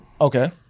Okay